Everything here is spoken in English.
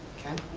okay,